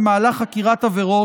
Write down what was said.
במהלך חקירת עבירות,